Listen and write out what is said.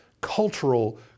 cultural